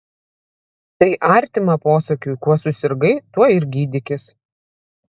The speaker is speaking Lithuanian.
tai artima posakiui kuo susirgai tuo ir gydykis